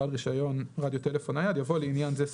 "בעל רישיון רדיו טלפון נייד"" יבוא "לעניין זה,